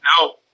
No